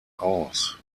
aus